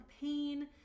pain